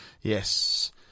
Yes